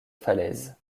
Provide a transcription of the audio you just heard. falaise